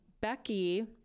Becky